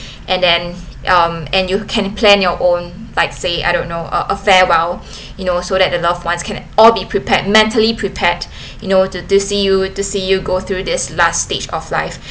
and then um and you can plan your own like say I don't know a farewell you know so that the loved ones can all be prepared mentally prepared you know to do see you to see you go through this last stage of life